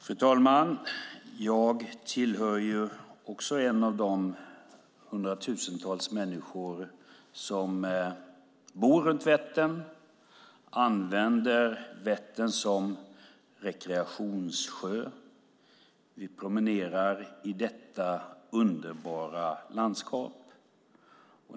Fru talman! Jag är en av de hundratusentals människor som bor kring Vättern och använder Vättern som rekreationssjö. Vi promenerar i detta underbara landskap.